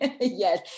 Yes